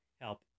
help